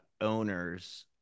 owners